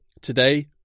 Today